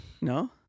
no